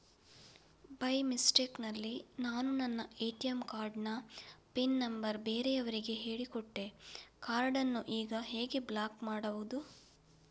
By mistake ನಲ್ಲಿ ನಾನು ನನ್ನ ಎ.ಟಿ.ಎಂ ಕಾರ್ಡ್ ನ ಪಿನ್ ನಂಬರ್ ಬೇರೆಯವರಿಗೆ ಹೇಳಿಕೊಟ್ಟೆ ಕಾರ್ಡನ್ನು ಈಗ ಹೇಗೆ ಬ್ಲಾಕ್ ಮಾಡುವುದು?